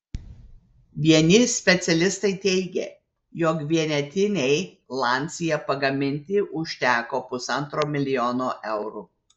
vieni specialistai teigia jog vienetinei lancia pagaminti užteko pusantro milijono eurų